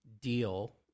deal